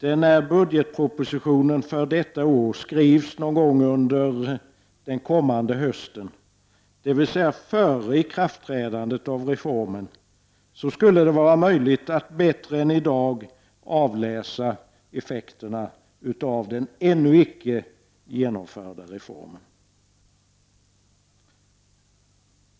det när budgetpropositionen för nästa år skall skrivas någon gång i höst, dvs. före ikraftträdandet av reformen, skulle vara möjligt att bättre än i dag avläsa effekterna av den ännu icke genomförda reformen!